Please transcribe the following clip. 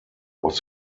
was